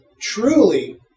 truly